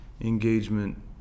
engagement